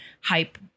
hype